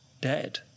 dead